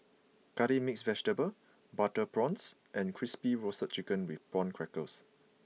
Curry Mixed Vegetable Butter Prawns and Crispy Roasted Chicken with prawn crackers